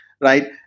right